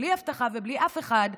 בלי אבטחה ובלי אף אחד,